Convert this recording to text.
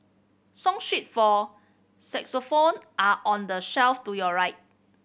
song sheets for xylophone are on the shelf to your right